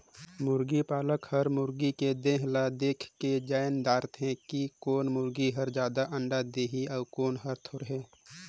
मुरगी पालक हर मुरगी के देह ल देखके जायन दारथे कि कोन मुरगी हर जादा अंडा देहि अउ कोन हर थोरहें